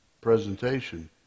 presentation